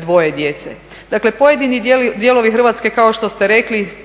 dvoje djece. Dakle, pojedini dijelovi Hrvatske kao što ste rekli